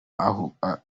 ahunga